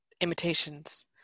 imitations